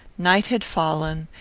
night had fallen,